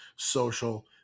social